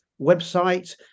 website